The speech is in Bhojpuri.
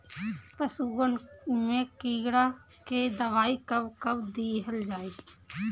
पशुअन मैं कीड़ा के दवाई कब कब दिहल जाई?